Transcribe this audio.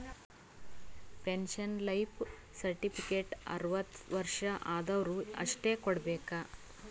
pension life certificate ಅರ್ವತ್ ವರ್ಷ ಆದ್ವರು ಅಷ್ಟೇ ಕೊಡ್ಬೇಕ